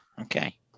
okay